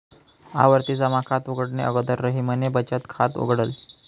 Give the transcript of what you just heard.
आवर्ती जमा खात उघडणे अगोदर रहीमने बचत खात उघडल